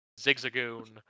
Zigzagoon